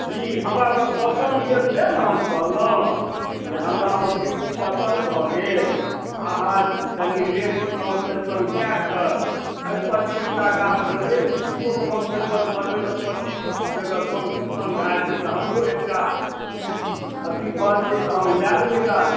जी हमरा तऽ पसन्द यऽ तैँ ने हम कहलहुँ जे हमरा आओर बुढ़िक पसन्द भऽ गेल अहाँ कनि रेट कमसँ कम कै कऽ अइ पचीसटा गाछ लेबै किछुओ कन्सेसन करबै तऽ पचीस जगह कम पसन्द भै जयतै तऽ हमरो एकटा अथी भऽ जयतै तऽ हम लै लेबै गाछ